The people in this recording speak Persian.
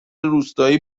روستایی